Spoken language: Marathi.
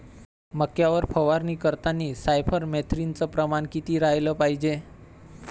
मक्यावर फवारनी करतांनी सायफर मेथ्रीनचं प्रमान किती रायलं पायजे?